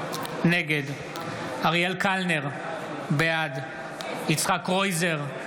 נגד אריאל קלנר, בעד יצחק קרויזר,